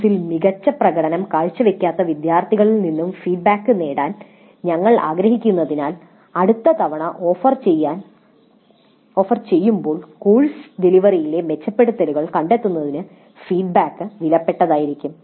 കോഴ്സിൽ മികച്ച പ്രകടനം കാഴ്ചവയ്ക്കാത്ത വിദ്യാർത്ഥികളിൽ നിന്നും ഫീഡ്ബാക്ക് നേടാൻ ഞങ്ങൾ ആഗ്രഹിക്കുന്നതിനാൽ അടുത്ത തവണ ഓഫർ ചെയ്യുമ്പോൾ കോഴ്സ് ഡെലിവറിയിലെ മെച്ചപ്പെടുത്തലുകൾ കണ്ടെത്തുന്നതിന് ആ ഫീഡ്ബാക്ക് വിലപ്പെട്ടതായിരിക്കും